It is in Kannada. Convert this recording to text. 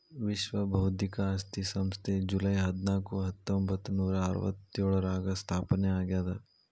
ವಿಶ್ವ ಬೌದ್ಧಿಕ ಆಸ್ತಿ ಸಂಸ್ಥೆ ಜೂಲೈ ಹದ್ನಾಕು ಹತ್ತೊಂಬತ್ತನೂರಾ ಅರವತ್ತ್ಯೋಳರಾಗ ಸ್ಥಾಪನೆ ಆಗ್ಯಾದ